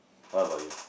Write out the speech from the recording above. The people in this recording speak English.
what about you